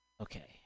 Okay